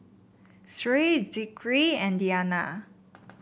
Sri Zikri and Diyana